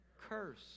curse